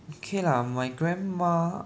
okay lah my grandma